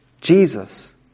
Jesus